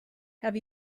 have